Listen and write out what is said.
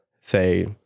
say